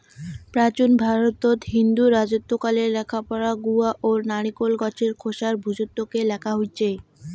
প্রাচীন ভারতত হিন্দু রাজত্বকালে লেখাপড়া গুয়া ও নারিকোল গছের খোসার ভূর্জত্বকে লেখা হইচে